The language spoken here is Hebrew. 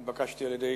התבקשתי על-ידי